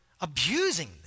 abusing